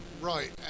Right